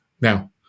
Now